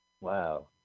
Wow